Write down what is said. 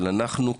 אבל אנחנו,